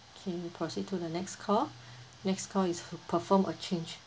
can we proceed to the next call next call is to perform a change